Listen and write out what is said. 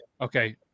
Okay